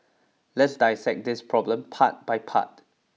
let's dissect this problem part by part